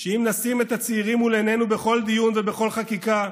שאם נשים את הצעירים מול עינינו בכל דיון ובכל חקיקה,